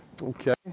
Okay